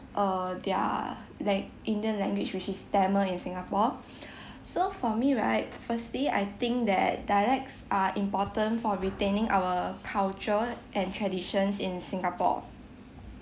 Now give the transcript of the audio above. err their lang~ indian language which is tamil in singapore so for me right firstly I think that dialects are important for retaining our culture and traditions in singapore